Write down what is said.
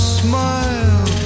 smile